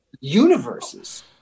universes